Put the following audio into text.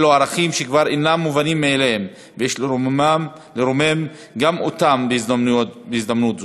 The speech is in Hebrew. אלה ערכים שכבר אינם מובנים מאליהם ויש לרומם גם אותם בהזדמנות זו.